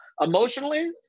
emotionally